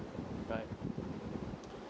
right